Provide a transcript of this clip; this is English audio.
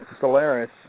Solaris